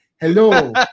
Hello